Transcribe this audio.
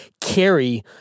carry